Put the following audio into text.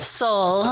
soul